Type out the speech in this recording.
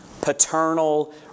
paternal